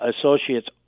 associates